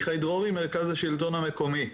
ממרכז השלטון המקומי.